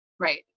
Right